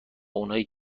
اونایی